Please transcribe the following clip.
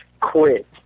quit